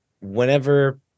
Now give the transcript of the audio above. whenever